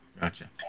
gotcha